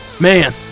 Man